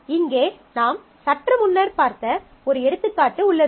இங்கே நாம் சற்று முன்னர் பார்த்த ஒரு எடுத்துக்காட்டு உள்ளது